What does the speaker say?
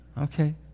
Okay